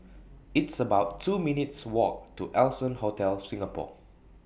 It's about two minutes' Walk to Allson Hotel Singapore